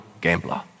gambler